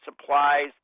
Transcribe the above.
supplies